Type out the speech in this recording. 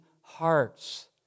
hearts